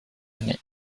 année